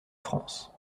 france